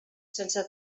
sense